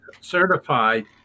certified